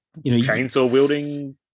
chainsaw-wielding